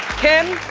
kim,